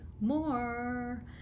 more